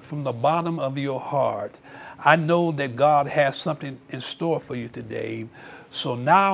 from the bottom of your heart i know that god has something in store for you today so now